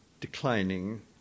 declining